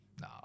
No